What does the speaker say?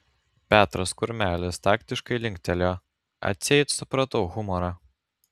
petras kurmelis taktiškai linktelėjo atseit supratau humorą